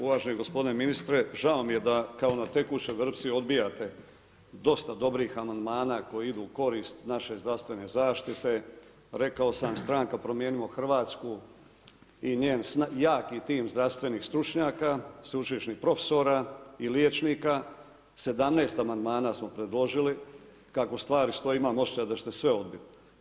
Uvaženi gospodine ministre žao mi je da kao na tekućoj vrpci odbijate dosta dobrih amandmana koji idu u korist naše zdravstvene zaštite, rekao sam stranka promijenimo Hrvatsku i njen jaki tim zdravstvenih stručnjaka, sveučilišnih profesora i liječnika, 17 amandmana smo predložili, kako stvari stoje imam osjećaj da ćete sve odbit.